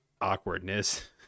awkwardness